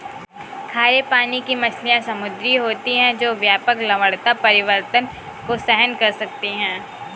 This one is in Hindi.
खारे पानी की मछलियाँ समुद्री होती हैं जो व्यापक लवणता परिवर्तन को सहन कर सकती हैं